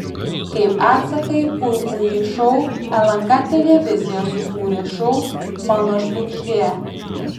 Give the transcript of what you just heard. kaip atsaką į puikųjį šou lnk televizija sukūrė šou mano žvaigždė